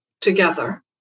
together